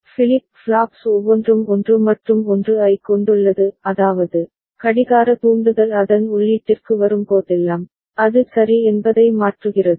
flip flops ஒவ்வொன்றும் 1 மற்றும் 1 ஐக் கொண்டுள்ளது அதாவது கடிகார தூண்டுதல் அதன் உள்ளீட்டிற்கு வரும்போதெல்லாம் அது சரி என்பதை மாற்றுகிறது